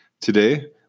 Today